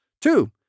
Two